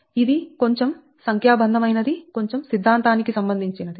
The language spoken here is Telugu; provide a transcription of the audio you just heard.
ఇది కొంచెం సంఖ్యాసంబంధమైనది కొంచెం సిద్ధాంతానికి సంబంధించినది